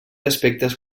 aspectes